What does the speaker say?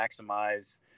maximize